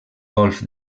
golf